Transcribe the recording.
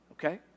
Okay